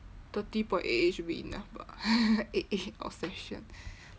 thirty point eight eight should be enough bah eight eight obsession